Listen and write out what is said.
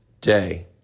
day